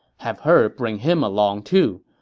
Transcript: have her bring him along, too.